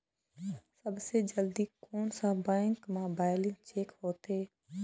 सबसे जल्दी कोन सा बैंक म बैलेंस चेक होथे?